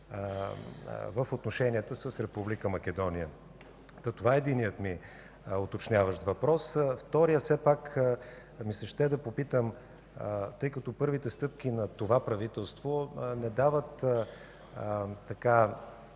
в отношенията с Република Македония. Това е единият ми уточняващ въпрос. Вторият въпрос – все пак ми се ще да попитам, тъй като първите стъпки на това правителство не дават